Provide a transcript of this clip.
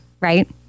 right